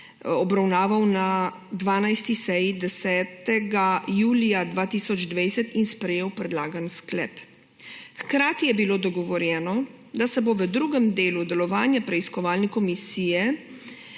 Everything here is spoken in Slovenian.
obravnaval na 12. seji 10. julija 2020 in sprejel predlagani sklep. Hkrati je bilo dogovorjeno, da se bo v drugem delu delovanja preiskovalne komisije